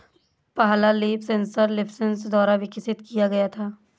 पहला leaf sensor LeafSense द्वारा विकसित किया गया था